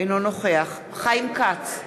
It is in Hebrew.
אינו נוכח חיים כץ,